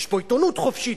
יש פה עיתונות חופשית,